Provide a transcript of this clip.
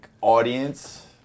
audience